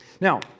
Now